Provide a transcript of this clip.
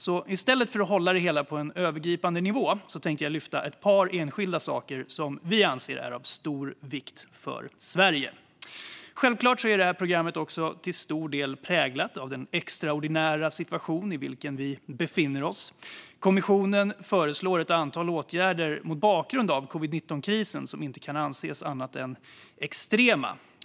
Så i stället för att hålla det hela på en övergripande nivå tänkte jag lyfta fram ett par enskilda saker som vi anser är av stor vikt för Sverige. Självklart är programmet också till stor del präglat av den extraordinära situation i vilken vi befinner oss. Kommissionen föreslår ett antal åtgärder mot bakgrund av covid-19-krisen som inte kan anses annat än extrema.